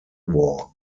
war